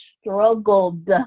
struggled